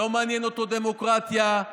לא מעניינת אותו דמוקרטיה,